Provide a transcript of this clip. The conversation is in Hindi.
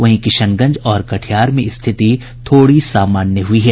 वहीं किशनगंज और कटिहार में स्थिति थोड़ी सामान्य हुई है